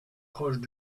proches